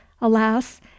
alas